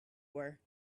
were